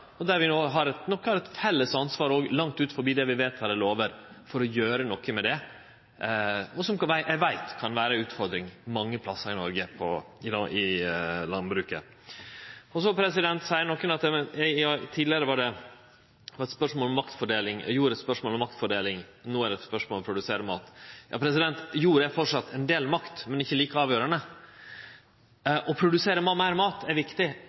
plassar. Der har vi nok eit felles ansvar langt forbi det vi vedtek i lover, for å gjere noko med det, og som eg veit kan vere ei utfordring mange plassar i landbruket i Noreg. Nokon seier at tidlegare var jorda eit spørsmål om maktfordeling ‒ no er det eit spørsmål om å produsere mat. Jorda er framleis ein del makt, men ikkje like avgjerande. Å produsere meir mat er viktig,